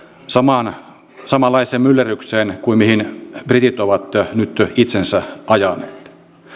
samanlaiseen myllerrykseen kuin mihin britit ovat nyt itsensä ajaneet